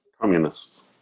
Communists